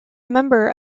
member